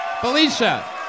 Felicia